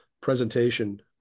presentation